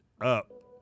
up